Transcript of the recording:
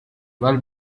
well